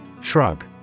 Shrug